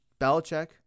Belichick